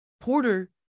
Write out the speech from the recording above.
Porter